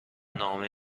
نامه